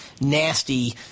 nasty